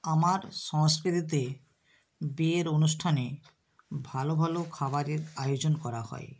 আমার সংস্কৃতিতে বিয়ের অনুষ্ঠানে ভালো ভালো খাবারের আয়োজন করা হয়